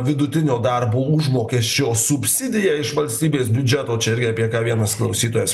vidutinio darbo užmokesčio subsidiją iš valstybės biudžeto čia irgi apie ką vienas klausytojas